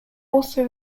also